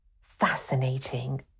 fascinating